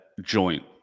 joint